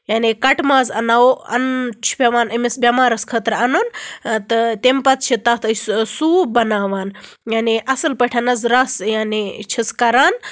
یعنی کَٹہٕ ماز اَنٕناوَو اَنان چھُ پیٚوان أمِس بیٚمارَس خٲطرٕ اَنُن تہٕ تمہِ پَتہٕ چھِ تَتھ أسۍ سوٗپ بَناوان یعنی اصٕل پٲٹھۍ حظ رَس یعنی چھِس کَران